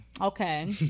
Okay